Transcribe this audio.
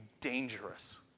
dangerous